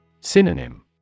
Synonym